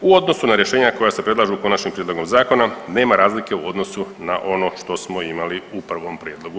U odnosu na rješenja koja se predlažu konačnim prijedlogom zakona nema razlike u ono na što smo imali u prvom prijedlogu.